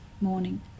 morning